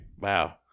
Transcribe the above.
Wow